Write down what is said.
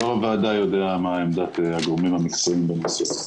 יו"ר הוועדה יודע מה עמדת הגורמים המקצועיים במשרד.